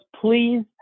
please